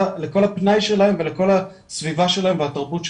הפנאי שלהם ולכל הסביבה שלהם והתרבות שלהם.